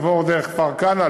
עבור דרך כפר-כנא,